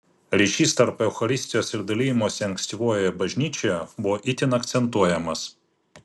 ryšys tarp eucharistijos ir dalijimosi ankstyvojoje bažnyčioje buvo itin akcentuojamas